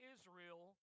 Israel